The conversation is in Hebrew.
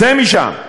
צא משם,